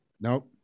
Nope